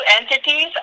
entities